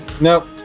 nope